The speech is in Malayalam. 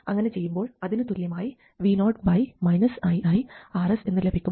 അങ്ങനെ ചെയ്യുമ്പോൾ അതിനു തുല്യമായി vo iiRs എന്നു ലഭിക്കും